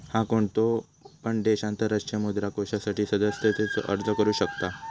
हा, कोणतो पण देश आंतरराष्ट्रीय मुद्रा कोषासाठी सदस्यतेचो अर्ज करू शकता